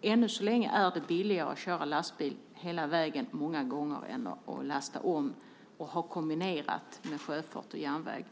Än så länge är det många gånger billigare att köra lastbil hela vägen än att lasta om och kombinera med sjöfart och järnväg.